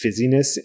fizziness